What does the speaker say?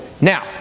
Now